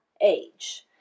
age